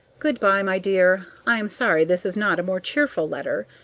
good-by, my dear. i am sorry this is not a more cheerful letter,